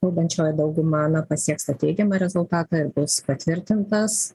valdančioji dauguma na pasieks tą teigiamą rezultatą bus patvirtintas